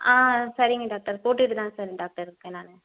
ஆ சரிங்க டாக்டர் போட்டுகிட்டு தான் சார் டாக்டர் இருக்கேன் நான்